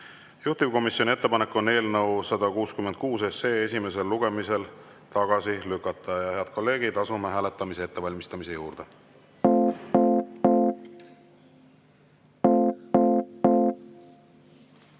Juhtivkomisjoni ettepanek on eelnõu 166 esimesel lugemisel tagasi lükata. Head kolleegid, asume hääletamise ettevalmistamise